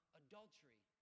adultery